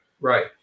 right